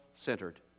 centered